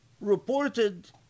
reported